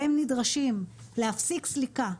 והם נדרשים להפסיק סליקה.